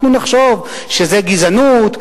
אנחנו נחשוב שזו גזענות,